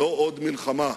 "לא עוד מלחמה",